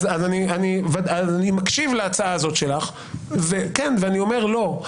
אז אני מקשיב להצעה הזאת שלך ואני אומר לא.